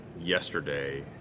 yesterday